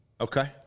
Okay